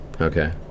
Okay